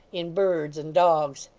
in birds, and dogs.